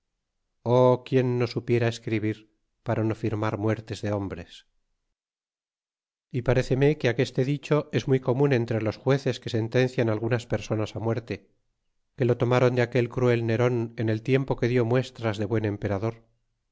quién no supiera escribir para no firmar muertes de hombres y paréceme que aqueste dicho es muy comun entre los jueces que sentencian algunaspersonas muerte que lo tomron de aquel cruel neron en el tiempo que dió muestras de buen emperador